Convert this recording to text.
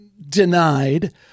denied